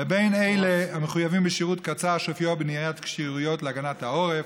לבין אלה המחויבים בשירות קצר שאופיו בניית כשירויות להגנת העורף